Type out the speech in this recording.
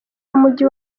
w’umujyi